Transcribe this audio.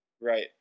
Right